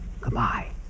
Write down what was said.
Goodbye